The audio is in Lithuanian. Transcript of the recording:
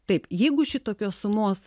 taip jeigu šitokios sumos